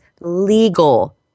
legal